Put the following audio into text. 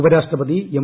ഉപരാഷ്ട്രപതി എം